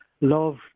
love